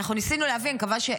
ניסינו להבין, מקווה,